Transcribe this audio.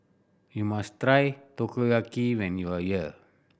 you must try Takoyaki when you are here